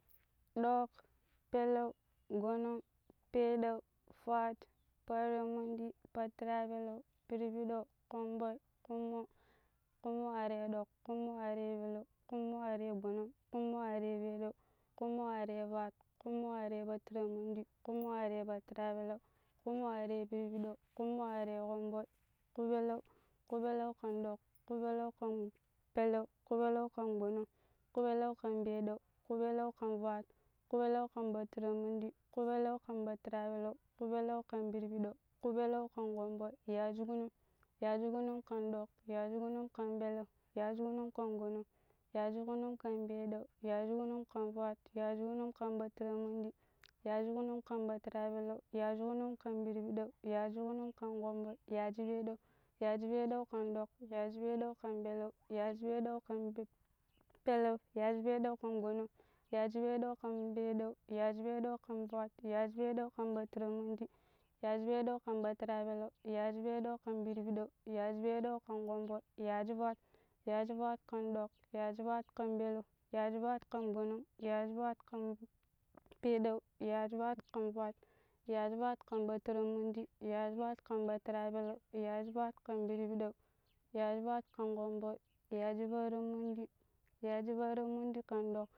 dok, peleu, gbonong, peɗau, fwat, pattiran mundi, pattira peleu, pidiipiɗon komɓoi, kpumma, kpummo are dok, kpummo are peleu, kpummo are gɓonong, kpummo are pedeu, kpummo are fwat, kpummo are pattirau mundi, kpummo are pattira peleu, kpummo are pidipidou, kpummo are kan dok, kupelen, kupelen kan ɗok, kupelen kan peleu, kupelen kan gɓonong, kupeleu kan peɗau, kupeleu fan fwat, kupeleu kan pattiran mundi, kupeleu kan pattira peleu, kupeleu kan pidipidon, kupeleu kan komɓoi, yashi kunung, yashi kunung kan dok, yashi kunung kan peleu, yashi kunung kan gbonong, yashi kunung kan peɗau, yashi kunung kan fwat, yashi kunung kan pattiran mundi, yashi kunung kan pattira pelen, yashi kunung kan pidipidon, yashi kunung kan komboi, yashi peɗau, yashi peɗau kan dok, yashi peɗau, kan peleu, yashi peɗau kan pe-peleu, yashi peɗau kan gbonong, yashi peɗau kan peɗau, yashi peɗau kan fwat, yashi peɗau kan pattiran mundi, yashi peɗau kan pattira peleb, yashi peɗau kan pidipidon, yashi peɗau kan komɓoi, yashi fwat, yashi fwat kan ɗok, yashi fwat kan pelen, yashi fwat kan gbonong, yashi fwat kan peɗau, yashi fwat kon fwat yashi fwat kan pattiran mundi, yashi fwat kan pattira pelen, yashi fwat kan pidpidon, yashi fwat kan komboi, yashi pattiran mundi, yashi pattiran mundi kan ɗoƙ